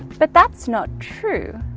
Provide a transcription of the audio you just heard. but that's not true.